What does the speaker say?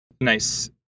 nice